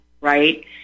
right